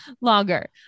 longer